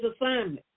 assignment